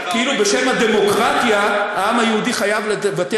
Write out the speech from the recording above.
כאילו בשם הדמוקרטיה העם היהודי חייב לוותר